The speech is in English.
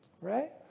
right